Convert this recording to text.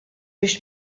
biex